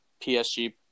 PSG